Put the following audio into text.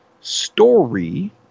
story